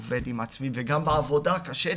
אני עובד על עצמי וגם בעבודה קשה לי,